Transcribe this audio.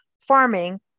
farming